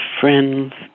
friend's